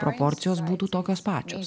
proporcijos būtų tokios pačios